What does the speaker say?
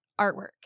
artwork